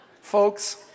Folks